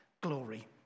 glory